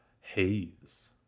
haze